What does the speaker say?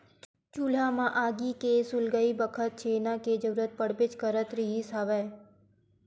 चूल्हा म आगी के सुलगई बखत छेना के जरुरत पड़बे करत रिहिस हवय